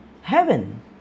heaven